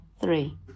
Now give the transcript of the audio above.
three